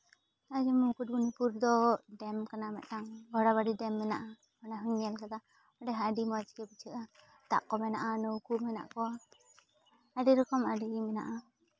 ᱱᱚᱜᱼᱚᱭ ᱡᱮᱢᱚᱱ ᱢᱩᱠᱩᱴᱢᱚᱱᱤᱯᱩᱨ ᱫᱚ ᱰᱮᱢ ᱠᱟᱱᱟ ᱢᱤᱫᱴᱟᱝ ᱜᱳᱲᱟᱵᱟᱲᱤ ᱰᱮᱢ ᱢᱮᱱᱟᱜᱼᱟ ᱚᱱᱟ ᱦᱚᱸᱧ ᱧᱮᱞ ᱠᱟᱫᱟ ᱚᱸᱰᱮ ᱦᱚᱸ ᱟᱹᱰᱤ ᱢᱚᱡᱽ ᱜᱮ ᱵᱩᱡᱷᱟᱹᱜᱼᱟ ᱫᱟᱜ ᱠᱚ ᱢᱮᱱᱟᱜᱼᱟ ᱱᱟᱹᱣᱠᱟᱹ ᱢᱮᱱᱟᱜ ᱠᱚᱣᱟ ᱟᱹᱰᱤᱨᱚᱠᱚᱢ ᱟᱹᱰᱤᱜᱮ ᱢᱮᱱᱟᱜᱼᱟ